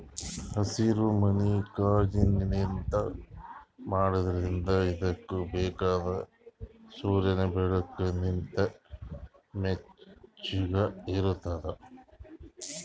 ಹಸಿರುಮನಿ ಕಾಜಿನ್ಲಿಂತ್ ಮಾಡಿದ್ರಿಂದ್ ಇದುಕ್ ಬೇಕಾಗಿದ್ ಸೂರ್ಯನ್ ಬೆಳಕು ಲಿಂತ್ ಬೆಚ್ಚುಗ್ ಇರ್ತುದ್